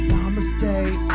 Namaste